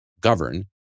govern